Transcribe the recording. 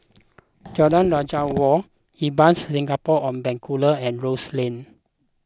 Jalan Raja Wali Ibis Singapore on Bencoolen and Rose Lane